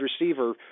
receiver